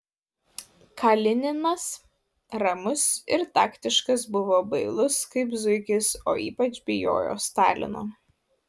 kalininas ramus ir taktiškas buvo bailus kaip zuikis o ypač bijojo stalino